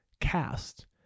cast